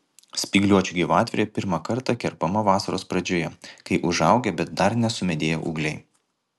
spygliuočių gyvatvorė pirmą kartą kerpama vasaros pradžioje kai užaugę bet dar nesumedėję ūgliai